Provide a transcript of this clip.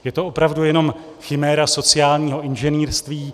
Je to opravdu jenom chiméra sociálního inženýrství.